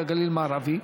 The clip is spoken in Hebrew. זה הגליל המערבי,